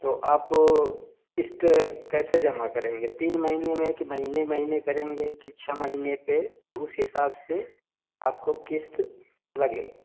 तो आप क़िस्त कैसे जमा करेंगे तीन महीनें में कि महीने महीने करेंगें कि छः महीने पर उस हिसाब से आपको क़िस्त लगेगा